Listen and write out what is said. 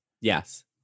Yes